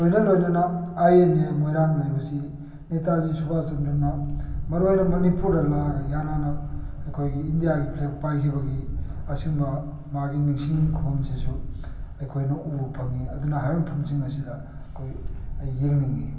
ꯂꯣꯏꯅ ꯂꯣꯏꯅꯅ I N A ꯃꯣꯏꯔꯥꯡꯗ ꯂꯩꯕꯁꯤ ꯅꯦꯇꯥꯖꯤ ꯁꯨꯕꯥꯁ ꯆꯟꯗ꯭ꯔꯅ ꯃꯔꯨ ꯑꯣꯏꯅ ꯃꯅꯤꯄꯨꯔꯗ ꯂꯥꯛꯑꯒ ꯏꯍꯥꯟ ꯍꯥꯟꯅ ꯑꯩꯈꯣꯏꯒꯤ ꯏꯟꯗꯤꯌꯥꯒꯤ ꯐ꯭ꯂꯦꯛ ꯄꯥꯏꯈꯤꯕꯒꯤ ꯑꯁꯤꯒꯨꯝꯕ ꯃꯥꯒꯤ ꯅꯤꯡꯁꯤꯡ ꯈꯨꯕꯝꯁꯤꯁꯨ ꯑꯩꯈꯣꯏꯅ ꯎꯕ ꯐꯪꯏ ꯑꯗꯨꯅ ꯍꯥꯏꯔꯤꯕ ꯃꯐꯝꯁꯤꯡ ꯑꯁꯤꯗ ꯑꯩꯈꯣꯏ ꯑꯩ ꯌꯦꯡꯅꯤꯡꯏ